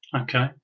Okay